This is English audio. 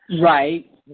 Right